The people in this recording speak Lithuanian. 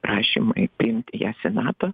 prašymai priimti jas į nato